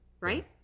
Right